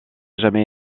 jamais